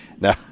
no